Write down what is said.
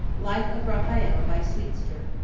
life of raphael by sweetster.